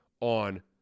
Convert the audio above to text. on